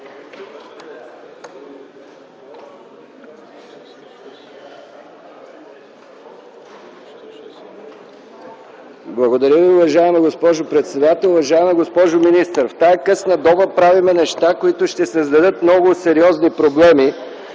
Благодаря Ви, уважаема госпожо председател. Уважаема госпожо министър, в тази късна доба правим неща, които ще създадат много сериозни проблеми